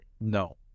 No